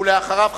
אחריו,